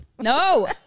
No